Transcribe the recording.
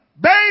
baby